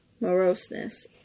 moroseness